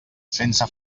sense